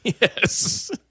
Yes